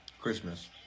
Christmas